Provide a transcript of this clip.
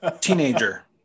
teenager